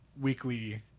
weekly